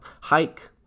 hike